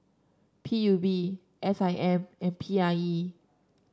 P U B S I M and P I E